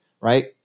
right